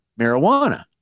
marijuana